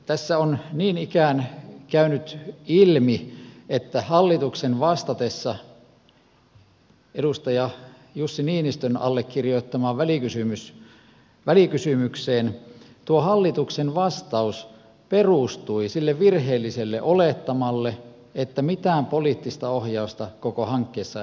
tässä on niin ikään käynyt ilmi että hallituksen vastatessa edustaja jussi niinistön allekirjoittamaan välikysymykseen tuo hallituksen vastaus perustui sille virheelliselle olettamalle että mitään poliittista ohjausta koko hankkeessa ei ole annettu